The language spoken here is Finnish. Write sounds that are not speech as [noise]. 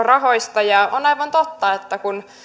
[unintelligible] rahoista ja on aivan totta että kun